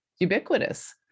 ubiquitous